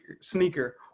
sneaker